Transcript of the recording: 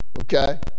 okay